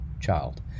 child